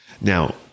Now